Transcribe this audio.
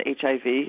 HIV